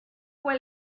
fue